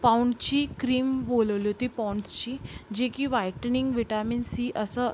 पाऊंची cream बोलवली होती पॉंन्डसची जी की व्हायटनिंग व्हिटॅमिन सी असं